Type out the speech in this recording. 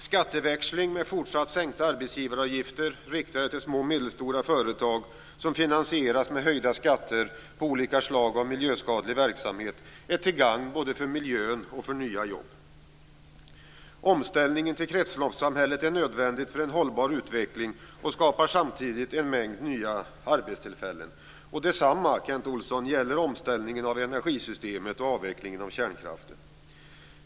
Skatteväxling med fortsatt sänkta arbetsgivaravgifter riktade till små och medelstora företag som finansieras med höjda skatter på olika slag av miljöskadlig verksamhet är till gagn både för miljön och för nya jobb. Omställning till kretsloppssamhället är nödvändig för en hållbar utveckling och skapar samtidigt en mängd nya arbetstillfällen. Detsamma, Kent Olsson, gäller omställningen av energisystemet och avvecklingen av kärnkraften.